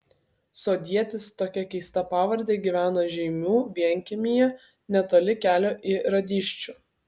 sodietis tokia keista pavarde gyveno žeimių vienkiemyje netoli kelio į radyščių